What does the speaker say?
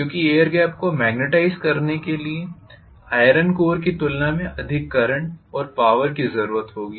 क्यूंकि air gap को magnetise करने के लिए आइरन कोर की तुलना में अधिक करंट और पॉवर की जरूरत होगी